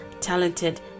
talented